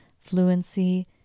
fluency